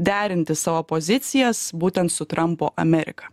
derinti savo pozicijas būtent su trampo amerika